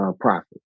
Profit